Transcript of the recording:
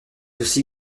aussi